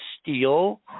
steel